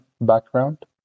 background